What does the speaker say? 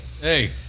hey